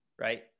right